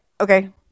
Okay